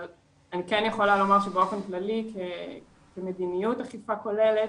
אבל אני כן יכולה לומר שבאופן כללי כמדיניות אכיפה כוללת